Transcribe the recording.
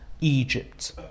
Egypt